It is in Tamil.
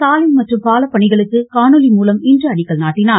சாலை மற்றும் பால பணிகளுக்கு காணொலி மூலம் இன்று அடிக்கல் நாட்டினார்